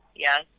yes